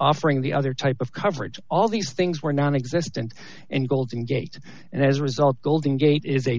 offering the other type of coverage all these things were non existent and golden gate and as a result golden gate i